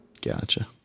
Gotcha